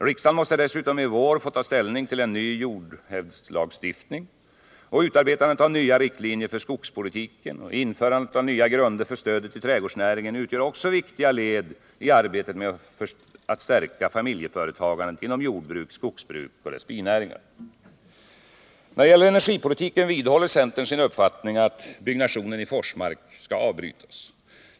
Riksdagen måste dessutom i vår få ta ställning till en ny jordhävdslagstift ning. Utarbetandet av nya riktlinjer för skogspolitiken och införandet av nya grunder för stödet till trädgårdsnäringen utgör också viktiga led i arbetet med att stärka familjeföretagandet inom jordbruket, skogsbruket och dess binäringar. När det gäller energipolitiken vidhåller centern sin uppfattning att byggnationen i Forsmark skall avbrytas.